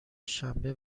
شنبه